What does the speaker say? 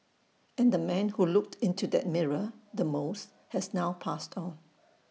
and the man who looked into that mirror the most has now passed on